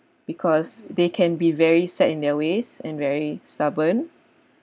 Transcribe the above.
because they can be very set in their ways and very stubborn